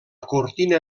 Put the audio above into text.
cortina